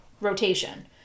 rotation